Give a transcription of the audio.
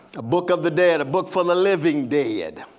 a book of the dead, a book for the living dead.